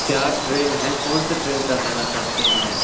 کیا ٹرین ہے کون سے ٹرین صاحب جانا چاہتے ہیں